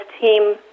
team